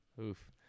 Oof